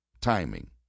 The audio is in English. timing